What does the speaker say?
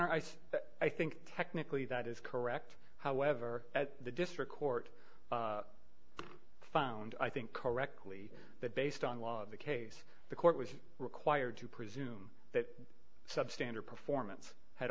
that i think technically that is correct however at the district court found i think correctly that based on law the case the court was required to presume that substandard performance had